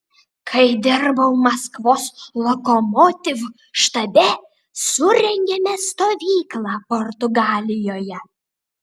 kai dirbau maskvos lokomotiv štabe surengėme stovyklą portugalijoje